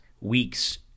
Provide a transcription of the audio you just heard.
week's